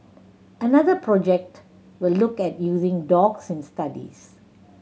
another project will look at using dogs in studies